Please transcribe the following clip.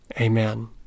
Amen